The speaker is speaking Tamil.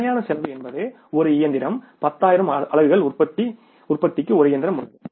நிலையான செலவு என்பது ஒரு இயந்திரம் 10 ஆயிரம் அலகுகள் உற்பத்திக்கு ஒரு இயந்திரம் உள்ளது